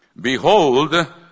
behold